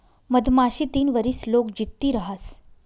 मधमाशी तीन वरीस लोग जित्ती रहास